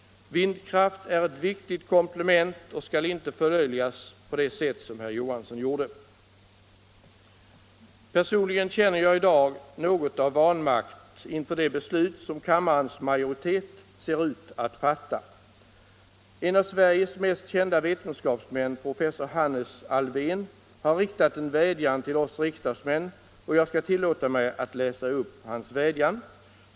Vindkraft är ett viktigt komplement och skall inte förlöjligas på det sätt som herr Johansson gjorde. Personligen känner jag i dag något av vanmakt inför det beslut som kammarens majoritet ser ut att fatta. En av Sveriges mest kända vetenskapsmän, professor Hannes Alfvén, har riktat en vädjan till oss riksdagsmän, och jag skall tillåta mig att läsa upp hans vädjan.